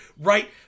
right